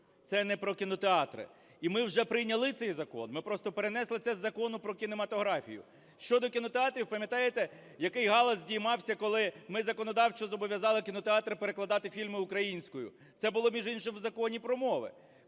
Це не про кінотеатри. І ми вже прийняли цей закон. Ми просто перенесли це із Закону "Про кінематографію". Щодо кінотеатрів, пам'ятаєте, який галас здіймався, коли ми законодавчо зобов'язали кінотеатри перекладати фільми українською. Це було між іншим в Законі про мови.